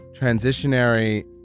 transitionary